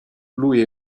lui